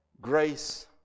Grace